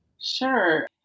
Sure